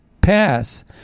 pass